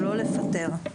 לא לפטר.